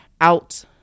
out